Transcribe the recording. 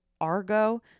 Argo